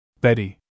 Betty